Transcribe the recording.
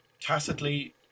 tacitly